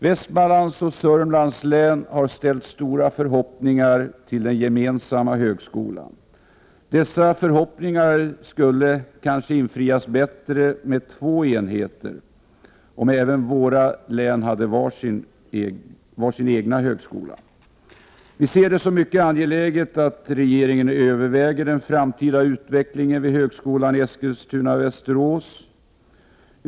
Västmanlands och Södermanlands län har ställt stora förhoppningar till den gemensamma högskolan. Dessa förhoppningar skulle kanske infrias bättre med två enheter dvs. om även våra län hade var sin egen högskola. Vi ser det som mycket angeläget att regeringen överväger den framtida utvecklingen vid högskolan i Eskilstuna-Västerås.